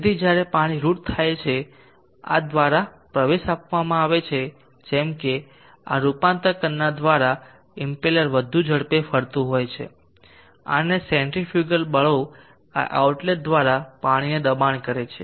તેથી જ્યારે પાણી રૂટ થાય છે આ દ્વારા પ્રવેશવામાં આવે છે જેમ કે આ રૂપાંતર કરનાર દ્વારા ઇમ્પેલર વધુ ઝડપે ફરતું હોય છે અને સેન્ટ્રીફ્યુગલ બળો આ આઉટલેટ દ્વારા પાણીને દબાણ કરે છે